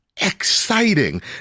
exciting